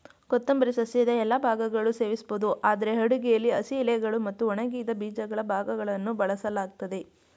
ಕೊತ್ತಂಬರಿ ಸಸ್ಯದ ಎಲ್ಲಾ ಭಾಗಗಳು ಸೇವಿಸ್ಬೋದು ಆದ್ರೆ ಅಡುಗೆಲಿ ಹಸಿ ಎಲೆಗಳು ಮತ್ತು ಒಣಗಿದ ಬೀಜಗಳ ಭಾಗಗಳನ್ನು ಬಳಸಲಾಗ್ತದೆ